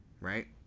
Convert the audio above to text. right